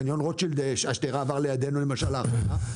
חניון רוטשילד השדרה עבור לידינו לאחרונה.